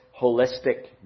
holistic